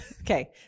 okay